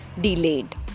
delayed